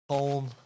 Home